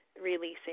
releasing